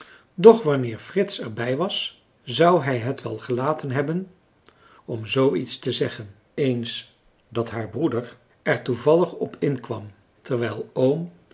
doch wanneer frits er bij was zou hij het wel gelaten hebben om zoo iets te zeggen eens dat haar broeder er toevallig op inkwam terwijl oom